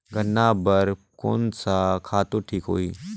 गन्ना बार कोन सा खातु ठीक होही?